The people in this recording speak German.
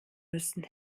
müssen